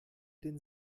den